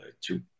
two